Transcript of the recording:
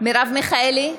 מרב מיכאלי,